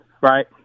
right